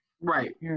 Right